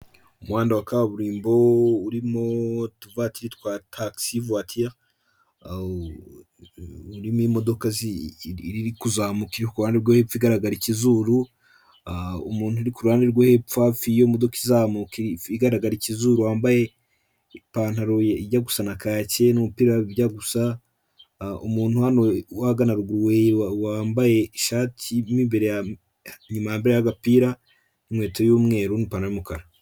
Umuhanda wa kaburimbo urimo utu vatiri twa taxi voiture, Irimo imodoka iri kuzamuka iruhande rwepfo igaragara ikizuru. Umuntu uri kuruhande rwe hepfo hafi yiyo modoka iri kuzamuka igaragara ikizuru wambaye ipantaro ijya gusana na kacye, n'umupira bijya gusa umuntu wahagana aruguru wambaye ishati mwimbere inyumada yambariyeho agapira n'inkweto y'umweru nipantaro y'umukara.